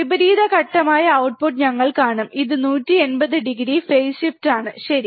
വിപരീത ഘട്ടമായഔട്ട്പുട്ട് ഞങ്ങൾ കാണും ഇത് 180 ഡിഗ്രി ഫേസ് ഷിഫ്റ്റാണ് ശരി